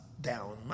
down